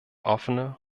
offene